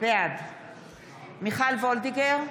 בעד מיכל וולדיגר,